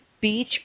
Beach